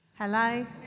Hello